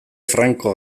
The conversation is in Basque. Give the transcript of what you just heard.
franco